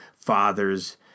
father's